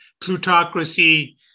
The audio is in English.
plutocracy